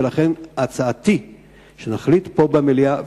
ולכן הצעתי שנחליט פה במליאה,